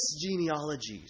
genealogies